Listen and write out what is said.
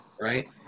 Right